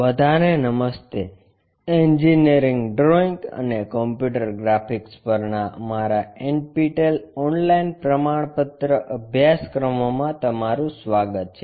બધાને નમસ્તે engineering drawing અને કમ્પ્યુટર ગ્રાફિક્સ પરના અમારા NPTEL ઓનલાઇન પ્રમાણપત્ર અભ્યાસક્રમોમાં તમારું સ્વાગત છે